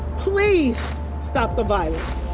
please stop the violence.